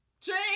change